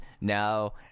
now